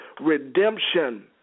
redemption